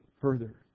further